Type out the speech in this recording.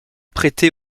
prêté